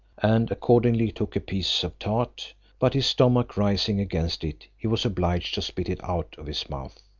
and accordingly took a piece of tart but his stomach rising against it, he was obliged to spit it out of his mouth.